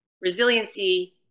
resiliency